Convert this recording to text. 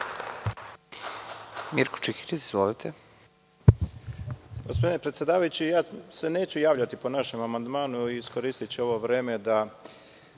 **Mirko Čikiriz** Gospodine predsedavajući, ja se neću javljati po našem amandmanu. Iskoristiću ovo vreme da,